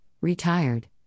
retired